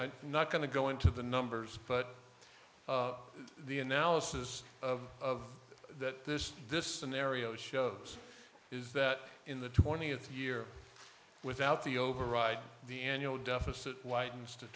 i'm not going to go into the numbers but the analysis of that this this scenario shows is that in the twentieth year without the override the annual deficit widens to